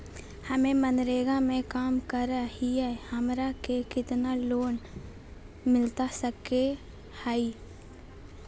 हमे मनरेगा में काम करे हियई, हमरा के कितना लोन मिलता सके हई?